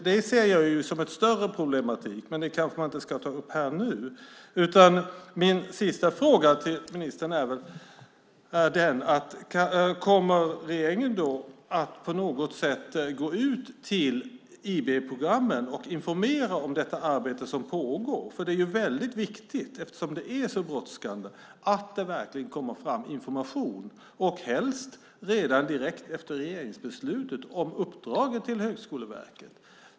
Det ser jag som ett större problem, men det kanske jag inte ska ta upp här och nu. Kommer regeringen att på något sätt gå ut till IB-programmen och informera om det arbete som pågår? Det är viktigt, eftersom det är så brådskande, att det verkligen kommer fram information, helst redan direkt efter regeringsbeslutet om uppdraget till Högskoleverket.